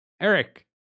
Eric